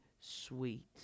sweet